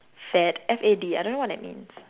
fad F A D I don't know what that means